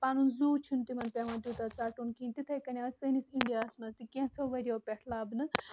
پَنُن زوٗ چھُنہٕ تِمن پیٚوان تیوتاہ ژَٹُن کینٛہہ تِتھٕے کٔنۍ آز سٲنِس اِنٛڈیا ہس منٛز تہِ کینٛژھو ؤرۍ یو پٮ۪ٹھ لَبنہٕ